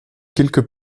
quelques